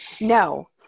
no